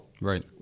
Right